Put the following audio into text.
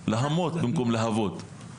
'להמות' במקום 'להבות'.